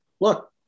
look